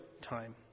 time